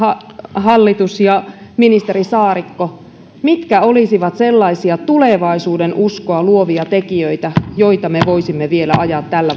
hallitus ja ministeri saarikko mitkä olisivat sellaisia tulevaisuudenuskoa luovia tekijöitä joita me voisimme vielä ajaa tällä